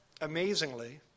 amazingly